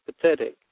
pathetic